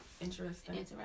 Interesting